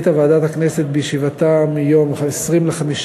החליטה ועדת הכנסת בישיבתה ביום 20 במאי